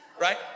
right